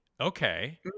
Okay